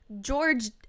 george